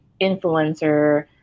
influencer